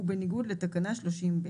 ובניגוד לתקנה 30ב,